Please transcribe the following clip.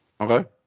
Okay